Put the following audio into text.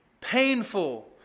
painful